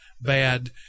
bad